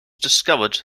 discovered